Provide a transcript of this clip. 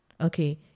okay